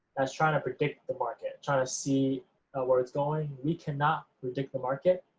that's trying to predict the market, trying to see where it's going. we cannot predict the market,